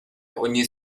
ogni